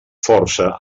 força